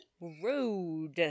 Rude